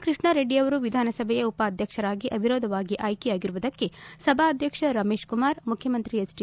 ಕೃಷ್ಣಾರೆಡ್ಡಿಯರವರು ವಿಧಾನಸಭಾಯ ಉಪಾಧ್ಯಕ್ಷರಾಗಿ ಅವಿರೋಧವಾಗಿ ಆಯ್ಕೆಯಾಗಿರುವುದಕ್ಕೆ ಸಭಾಧ್ಯಕ್ಷ ರಮೇಶ್ಕುಮಾರ್ ಮುಖ್ಯಮಂತ್ರಿ ಎಚ್ಡಿ